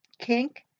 kink